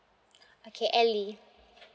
okay elly